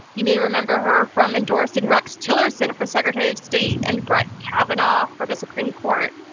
you may remember her from endorsing rex tillerson for secretary of state, and brett kavanaugh for the supreme court.